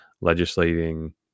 legislating